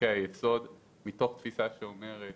חוקי-יסוד מתוך תפיסה שאומרת